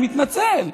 אני מתנצל.